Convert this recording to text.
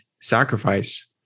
sacrifice